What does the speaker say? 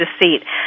Deceit